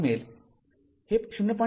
५ मिळेल हे ०